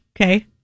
Okay